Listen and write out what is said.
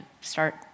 start